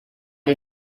die